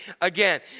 again